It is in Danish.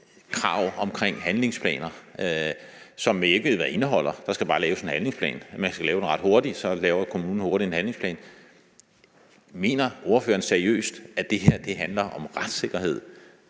krav omkring handlingsplaner, som vi ikke ved hvad indeholder. Der skal bare laves en handlingsplan. Man skal lave den ret hurtigt. Så laver kommunen hurtigt en handlingsplan. Mener ordføreren seriøst, at det her handler om retssikkerhed,